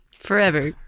Forever